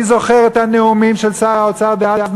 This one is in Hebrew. אני זוכר את הנאומים של שר האוצר דאז,